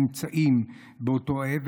נמצאים באותו אבל.